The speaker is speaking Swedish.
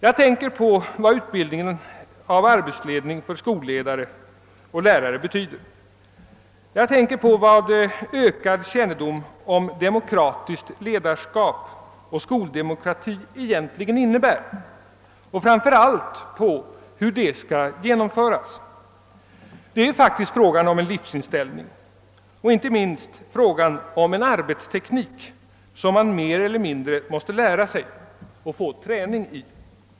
Jag tänker på vad utbildningen av arbetsledning för skolledare och lärare betyder. Jag tänker på vad ökad kännedom om demokratiskt ledarskap och skoldemokrati egentligen innebär och framför allt på hur detta skall genomföras. Det är faktiskt fråga om en livsinställning och inte minst fråga om en arbetsteknik som man mer eller mindre måste lära sig och få träning i.